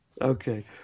Okay